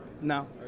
no